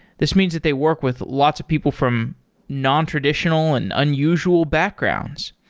this means that they work with lots of people from nontraditional and unusual backgrounds.